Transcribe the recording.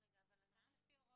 דין.